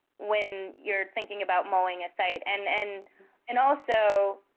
when you're thinking about mowing a site. and and and also,